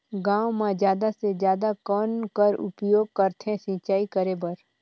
गांव म जादा से जादा कौन कर उपयोग करथे सिंचाई करे बर?